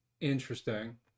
Interesting